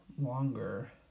longer